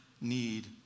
need